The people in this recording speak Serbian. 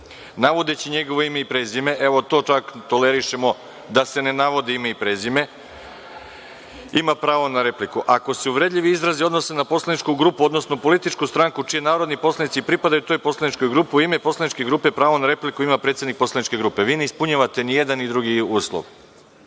navodeći njegovo ime i prezime, evo, to čak tolerišemo, da se ne navodi ime i prezime, ima pravo na repliku. Ako se uvredljivi izrazi odnose na poslaničku grupu, odnosno političku stranku kojoj narodni poslanici pripadaju, u toj poslaničkoj grupi u ime poslaničke grupe pravo na repliku ima predsednik poslaničke grupe. Vi ne ispunjavate ni jedan ni drugi uslov.(Đorđe